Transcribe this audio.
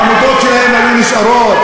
העמותות שלהם היו נשארות?